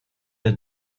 der